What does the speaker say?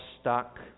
stuck